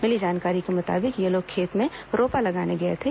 मिली जानकारी के मुताबिक ये लोग खेत में रोपा लगाने गए थे